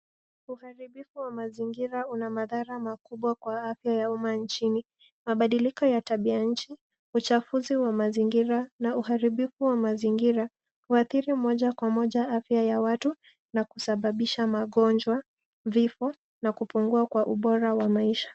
Ubadiliko wa mazingira huna madhara kubwa kwa afya ya uma nchini. Mabadiliko ya tabianchi, uchafuzi wa mazingira na uharibifu wa mazingira waathiri moja kwa moja afya ya watu na kusababisha magonjwa, vifo na kupungua kwa ubora wa maisha.